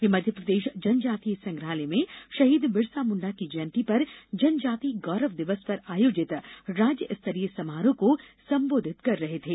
वे मध्यप्रदेश जनजातीय संग्रहालय में शहीद बिरसा मुण्डा की जयंती पर जनजाति गौरव दिवस पर आयोजित राज्य स्तरीय समारोह को संबोधित कर रहे थे